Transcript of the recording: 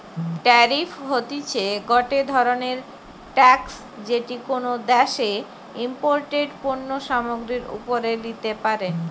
tariff হতিছে গটে ধরণের ট্যাক্স যেটি কোনো দ্যাশে ইমপোর্টেড পণ্য সামগ্রীর ওপরে লিতে পারে